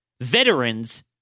veterans